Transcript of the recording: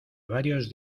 varios